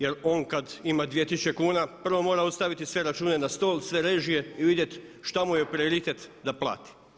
Jer on kad ima 2000 kuna prvo mora staviti sve račune na stol, sve režije i vidjeti što mu je prioritet da plati.